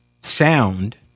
sound